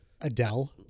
Adele